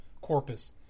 corpus